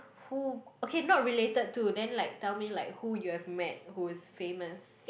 who okay not related to then like tell me like who you have met who is famous